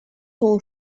son